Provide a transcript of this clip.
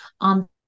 on